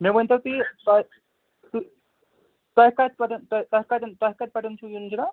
مےٚ ؤنۍ تَو تُہۍ تہٕ تۅہہِ کَتہِ پٮ۪ٹھ تۅہہِ کَتٮ۪ن تۅہہِ کَتہِ پٮ۪ٹھ چھُو یُن جِناب